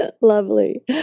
Lovely